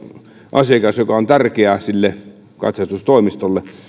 asiakas joka on tärkeä sille katsastustoimistolle